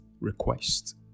request